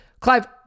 Clive